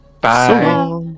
Bye